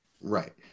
Right